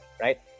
Right